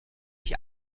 ich